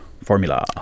Formula